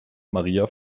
maria